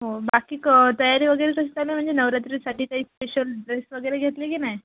हो बाकी क तयारी वगैरे कशी चालू आहे म्हणजे नवरात्रीसाठी काय स्पेशल ड्रेस वगैरे घेतले की नाही